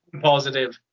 positive